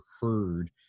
heard